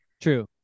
True